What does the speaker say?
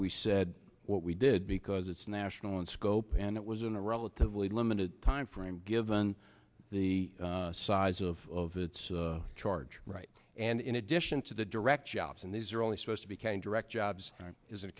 we said what we did because it's national in scope and it was in a relatively limited timeframe given the size of its charge right and in addition to the direct jobs and these are only supposed to be can direct jobs is a